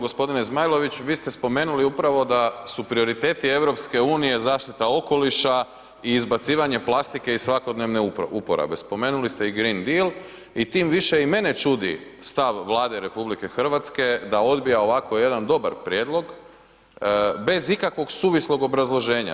G. Zmajlović, vi ste spomenuli upravo da su prioriteti EU-a zaštita okoliša i izbacivanje plastike iz svakodnevne uporabe, spomenuli ste i green deal i tim više i mene čudi stav Vlade RH da odbija ovako jedan dobar prijedlog bez ikakvog suvislog obrazloženja.